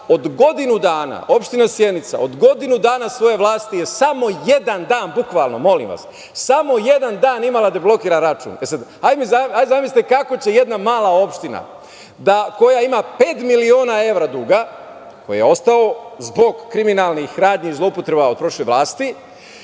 od godinu dana, opština Sjenica od godinu dana svoje vlasti je samo jedan dan bukvalno, molim vas, samo jedan dan imala deblokiran račun. Hajde zamislite kako će jedna mala opština, koja ima pet miliona evra duga, koji je ostao zbog kriminalnih radnji i zloupotreba od prošle vlasti,